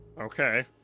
Okay